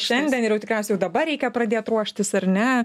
šiandien ir jau tikriausiai jau dabar reikia pradėt ruoštis ar ne